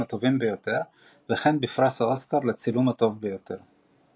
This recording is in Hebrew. הטובים ביותר וכן בפרס אוסקר לצילום הטוב ביותר.